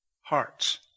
hearts